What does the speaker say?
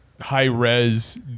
high-res